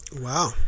wow